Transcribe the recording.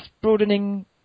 broadening